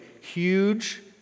huge